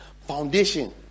foundation